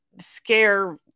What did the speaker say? scare